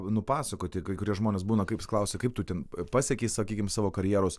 nupasakoti kai kurie žmonės būna kaip klausia kaip tu ten pasiekei sakykim savo karjeros